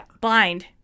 blind